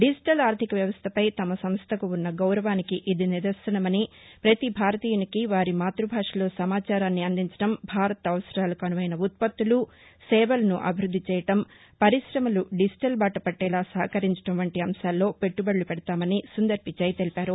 digital ఆర్లిక వ్యవస్థపై తమ సంస్థకు ఉన్న గౌరవానికి ఇది నిదర్శనమని పతి భారతీయునికి వారి మాత్బభాషలో సమాచారాన్ని అందించడం భారత అవసరాలకు అనువైస ఉత్పత్తులు సేవలను అభివృద్ది చెయ్యటం పరిశమలు డిజిటల్ బాట పట్టేలా సహకరించడం వంటి అంశాల్లో పెట్టుబడులు పెడతామని సుందర్ పిచాయ్ తెలిపారు